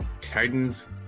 Titans